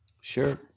Sure